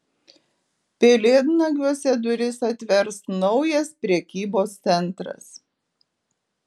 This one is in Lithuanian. pelėdnagiuose duris atvers naujas prekybos centras